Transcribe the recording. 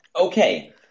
Okay